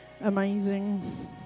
amazing